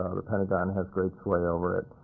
ah the pentagon has great sway over it.